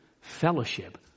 fellowship